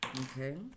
Okay